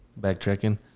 backtracking